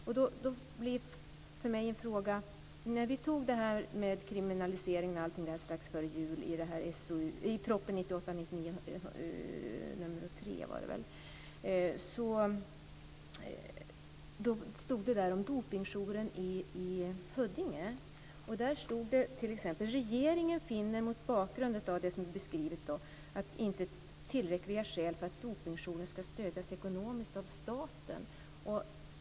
Strax före jul fattade vi beslut om proposition 1998/99:3 om kriminalisering, där det stod om Dopingjouren i Huddinge. Där stod det t.ex. att regeringen finner mot bakgrund av det som är beskrivet inte tillräckliga skäl för att Dopingjouren skall stödjas ekonomiskt av staten.